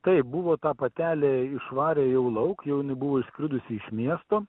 taip buvo ta patelė išvarė jau lauk jau jinai buvo išskridusi iš miesto